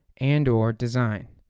and or design.